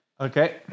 Okay